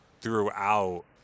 throughout